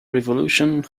revolution